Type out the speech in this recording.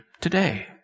today